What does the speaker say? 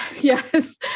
yes